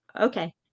Okay